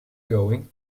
going